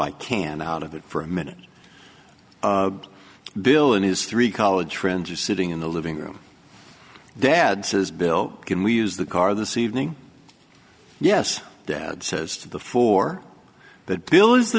i can out of it for a minute bill and his three college friends are sitting in the living room dad says bill can we use the car this evening yes dad says to the four that bill is the